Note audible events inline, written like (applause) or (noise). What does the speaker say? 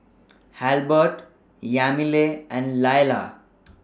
(noise) Halbert Yamilet and Lailah